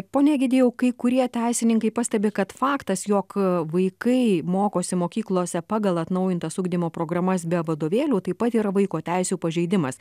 pone egidijau kai kurie teisininkai pastebi kad faktas jog vaikai mokosi mokyklose pagal atnaujintas ugdymo programas be vadovėlių taip pat yra vaiko teisių pažeidimas